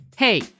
Hey